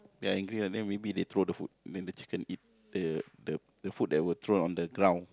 they are angry right then maybe they throw the food then the chicken eat the the food that were thrown on the ground